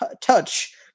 touch